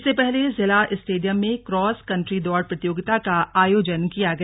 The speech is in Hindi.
इससे पहले जिला स्टेडियम में क्रास कंट्री दौड़ प्रतियोगिता का आयोजन किया गया